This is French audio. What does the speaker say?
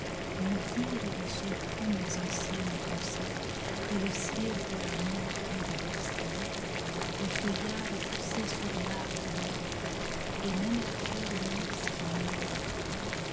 maudire d'un seul coup mes anciennes pensées et le ciel où l'amour guide les destinées les feuillards repoussés sur l'arbre de la croix et même la fleur de lys qui meurt au vatican